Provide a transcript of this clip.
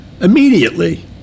immediately